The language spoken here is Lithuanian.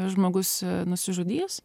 žmogus nusižudys